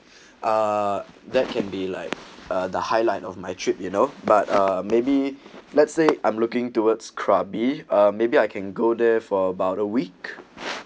uh that can be like a the highlight of my trip you know but uh maybe let's say I'm looking towards krabi or maybe I can go there for about a week